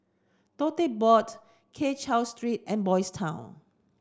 Tote Board Keng Cheow Street and Boys' Town